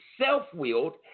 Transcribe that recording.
self-willed